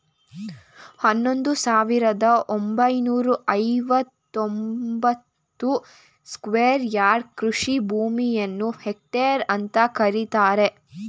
ಹನ್ನೊಂದು ಸಾವಿರದ ಒಂಬೈನೂರ ಐವತ್ತ ಒಂಬತ್ತು ಸ್ಕ್ವೇರ್ ಯಾರ್ಡ್ ಕೃಷಿ ಭೂಮಿಯನ್ನು ಹೆಕ್ಟೇರ್ ಅಂತ ಕರೀತಾರೆ